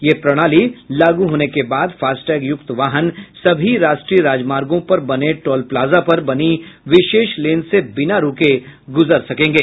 यह प्रणाली लागू होने के बाद फास्टैग युक्त वाहन सभी राष्ट्रीय राजमार्गो पर बने टोल प्लाजा पर बनी विशेष लेन से बिना रूके गुजर सकेंगे